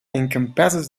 encompasses